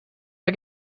der